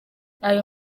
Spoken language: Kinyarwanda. aya